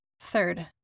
Third